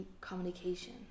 communication